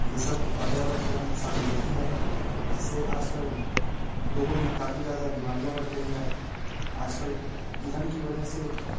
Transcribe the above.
ये सब पर्यावरण का नुक़सानदेह ही है जिससे आज कल लोगों में काफ़ी ज़्यादा बीमारियाँ बढ़ गई है आज कल ईंधन की वजह से